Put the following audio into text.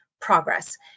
progress